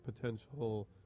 potential